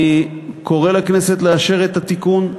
אני קורא לכנסת לאשר את התיקון.